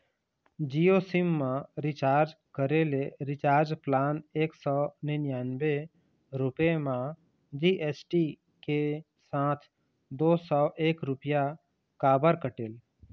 Jio sim मा recharge करे ले रिचार्ज प्लान एक सौ निन्यानबे रुपए मा जी.एस.टी के साथ दो सौ एक रुपया काबर कटेल?